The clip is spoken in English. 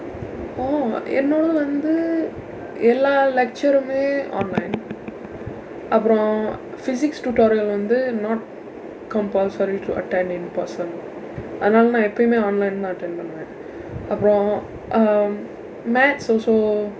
oh okay என்னோட வந்து எல்லா:ennooda vandthu ellaa lecture-umae online அப்புறம்:appuram physics tutorial வந்து:vandthu not compulsory to attend in person அதனால நான் எப்போமே:athanaala naan eppoomee online இல்ல தான்:illa thaan attend பண்ணுவேன் அப்புறம்:pannuveen appuram um maths also